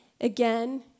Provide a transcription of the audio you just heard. again